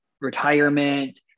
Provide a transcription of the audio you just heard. retirement